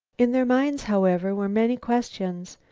in their minds, however, were many questions.